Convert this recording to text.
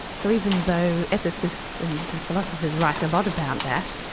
so even though ethicists and philosophers write a lot about that,